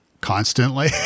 constantly